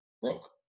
broke